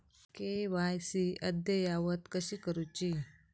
KYC अद्ययावत कशी करुची?